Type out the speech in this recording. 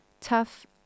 tough